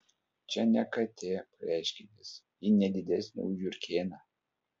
čia ne katė pareiškė jis ji ne didesnė už žiurkėną